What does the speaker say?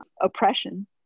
oppression